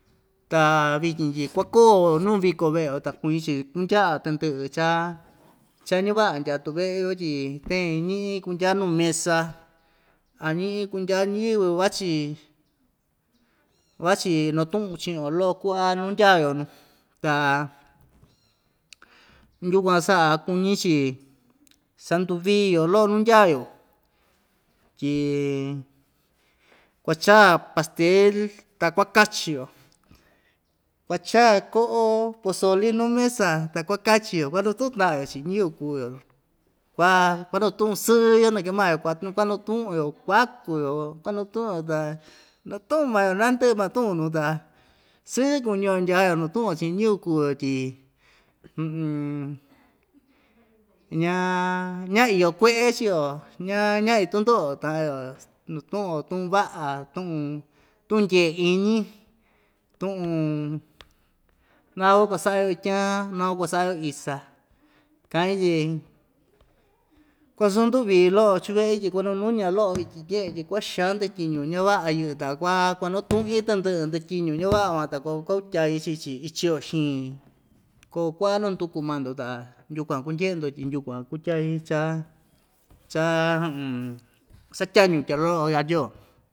Ta vityin tyi kua‑koo nuu viko ve'e‑yo ta kuñi‑chi kundya'a tɨndɨ'ɨ cha cha ñava'a ndya tuve'e‑yo tyi tañi ñi'i kundyaa nu mesa a ñi'i kundyaa ñɨvɨ vachi vachi natu'un chi'in‑yo lo'o ku'a nu ndyaa‑yo nu ta yukuan sa'a kuñi‑chi sanduvii‑yo lo'o nundyaa‑yo tyi kuacha pastel ta kuakachio kuachaa ko'o pozoli nu mesa ta kuakachi‑yo kuanatu'un ta'an‑yo chi'in ñɨvɨ kuu‑yo kua kuanatu'un sɨɨ‑yo nakee maa‑yo kuanatu'un‑yo kuáku‑yo kuanatu'un‑yo ta natu'un maa‑yo nandɨ'ɨ ma tu'un nuu ta sɨɨ kuñi‑yo ndya‑yo natu'un‑yo chi'in ñɨvɨ kuu‑yo tyi ña ña iyo kue'e chi‑yo ña ña'ñi tundo'o ta'an‑yo natu'un‑yo tu'un va'a tu'un tu'un ndye‑iñi tu'un naku kuasa'a‑yo ityan naku kuasa'a‑yo isa ka'in tyi kuansanduvii lo'o chuve'i tyi kuananuña lo'o ityi tye'en tyi kua'a xan ndatyiñu ña va'a yɨ'ɨ ta kua kuanutu'in tɨndɨ'ɨ ndɨtyiñu ña va'a van ta ku kuakutyai chii‑chi iin chiyo xiin koo ku'a nanduku maa‑ndo ta yukuan kundye'e‑ndo tyi yukuan kutyai cha cha satyañu tya lo'o katyio.